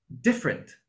different